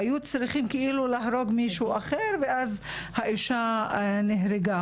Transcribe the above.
היו צריכים כאילו להרוג מישהו אחר ואז האישה נהרגה.